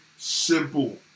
Simple